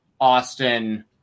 Austin